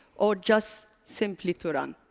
or just simply to run.